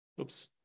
Oops